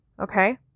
Okay